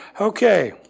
Okay